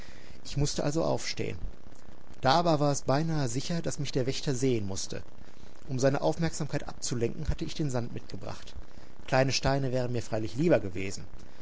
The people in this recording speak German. ich mußte also aufstehen da aber war es beinahe sicher daß mich der wächter sehen mußte um seine aufmerksamkeit abzulenken hatte ich den sand mitgebracht kleine steine wären mir freilich lieber gewesen